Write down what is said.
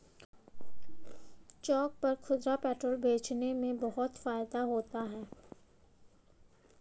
चौक पर खुदरा पेट्रोल बेचने में बहुत फायदा होता है